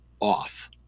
off